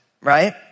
Right